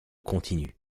continu